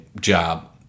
job